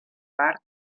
part